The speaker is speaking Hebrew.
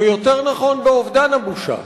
או יותר נכון באובדן הבושה.